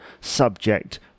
subject